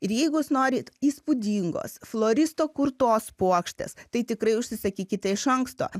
ir jeigu jūs norit įspūdingos floristo kurtos puokštės tai tikrai užsisakykite iš anksto